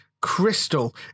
Crystal